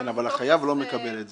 כן, אבל החייב לא מקבל את זה.